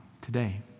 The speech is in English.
today